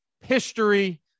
history